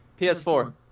PS4